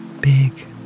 big